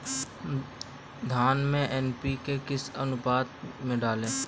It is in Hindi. धान में एन.पी.के किस अनुपात में डालते हैं?